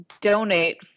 donate